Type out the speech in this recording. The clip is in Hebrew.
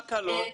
מה ההקלות?